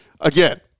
again